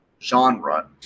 Genre